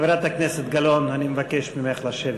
חברת הכנסת גלאון, אני מבקש ממך לשבת,